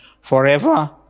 forever